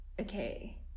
okay